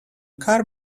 car